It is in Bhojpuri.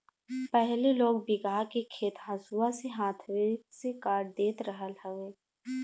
पहिले लोग बीघहा के खेत हंसुआ से हाथवे से काट देत रहल हवे